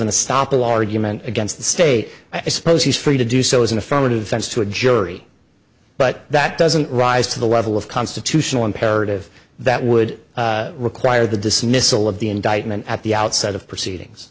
human against the state i suppose he's free to do so is an affirmative sense to a jury but that doesn't rise to the level of constitutional imperative that would require the dismissal of the indictment at the outset of proceedings